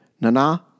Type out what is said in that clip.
Nana